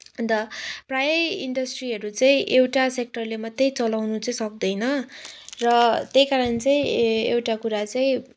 अन्त प्रायः इन्डस्ट्रीहरू चाहिँ एउटा सेक्टरले मात्रै चलाउनु चाहिँ सक्दैन र त्यही कारण चाहिँ एउटा कुरा चाहिँ